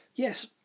Yes